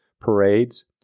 parades